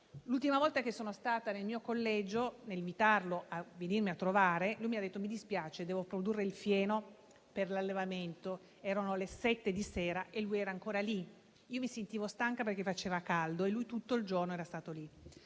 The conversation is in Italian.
L'ultima volta che sono stata nel mio collegio, quando l'ho invitato a venirmi a trovare lui mi ha detto che gli dispiaceva ma doveva produrre il fieno per l'allevamento. Erano le 7 di sera e lui era ancora lì. Io mi sentivo stanca perché faceva caldo e lui tutto il giorno era stato lì.